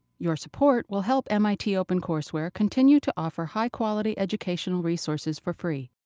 your support will help mit opencourseware continue to offer high quality educational resources for free.